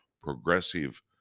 progressive